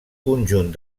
conjunt